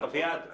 אביעד,